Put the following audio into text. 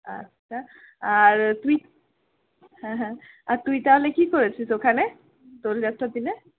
আচ্ছা আর তুই হ্যাঁ হ্যাঁ আর তুই তাহলে কি করেছিস ওখানে দোলযাত্রার দিনে